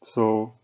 so